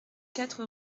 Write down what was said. quatre